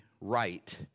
right